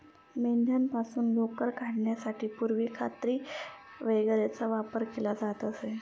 मेंढ्यांपासून लोकर काढण्यासाठी पूर्वी कात्री वगैरेचा वापर केला जात असे